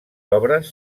obres